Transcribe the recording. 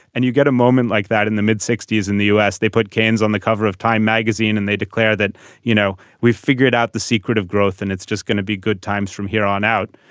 and you get a moment like that in the mid sixty s in the us. they put cans on the cover of time magazine and they declare that you know we've figured out the secret of growth and it's just going to be good times from here on out.